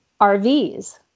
RVs